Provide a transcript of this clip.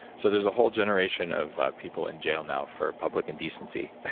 so there's a whole generation of people in jail now for public indecency